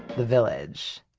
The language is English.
the village.